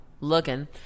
looking